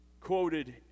quoted